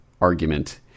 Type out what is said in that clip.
argument